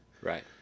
Right